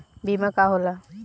बीमा का होला?